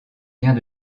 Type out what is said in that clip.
vient